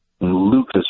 Lucas